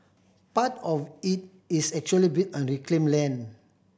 part of it is actually built on reclaimed land